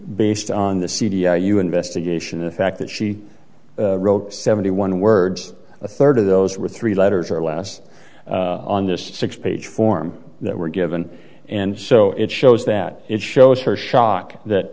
based on the c d r you investigation the fact that she wrote seventy one words a third of those were three letters or less on this six page form that were given and so it shows that it shows her shock that